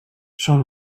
schon